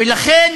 ולכן,